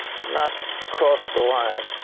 but not across the line.